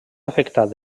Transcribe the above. afectat